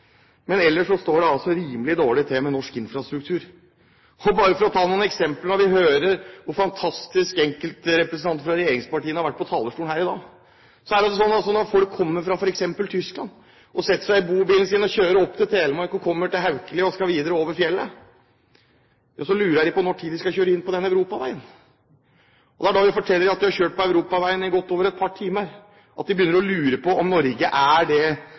men vi har en av Europas dårligste infrastrukturer. Sånn er det i verdens beste land. Det er like dårlig på jernbanen, på veisiden og innenfor de andre transportsektorene – kanskje med unntak av luftfart. Ellers står det rimelig dårlig til med norsk infrastruktur. For å ta noen eksempler: Vi hører fra enkelte representanter fra regjeringspartiene som har vært på talerstolen her i dag, hvor fantastisk det er, men det er sånn at når folk kommer fra f.eks. Tyskland og setter seg i bobilen sin og kjører opp til Telemark og kommer til Haukeli og skal videre over fjellet, lurer de på når de skal kjøre inn på europaveien. Det er når vi forteller dem at de